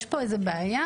יש פה איזה בעיה.